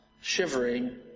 Shivering